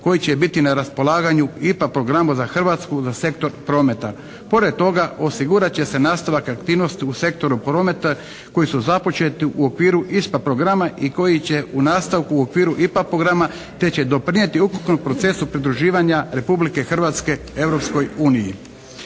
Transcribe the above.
koji će biti na raspolaganju u IPA programu za Hrvatsku za sektor prometa. Pored toga osigurat će se nastavak aktivnosti u sektoru prometa koji su započeti u okviru ISPA programa i koji će u nastavku u okviru IPA programa te će doprinijeti ukupnom procesu pridruživanja Republike Hrvatske